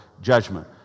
judgment